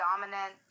dominant